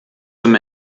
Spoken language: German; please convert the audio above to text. zum